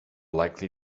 likely